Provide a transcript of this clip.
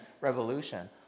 Revolution